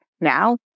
now